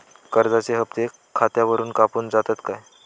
कर्जाचे हप्ते खातावरून कापून जातत काय?